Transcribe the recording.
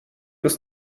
bis